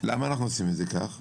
למה אנחנו עושים את זה כך?